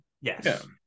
Yes